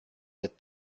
with